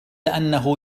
أنه